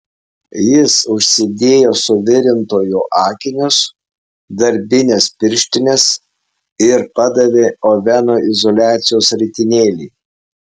jis užsidėjo suvirintojo akinius darbines pirštines ir padavė ovenui izoliacijos ritinėlį